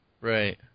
Right